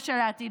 ולעתיד,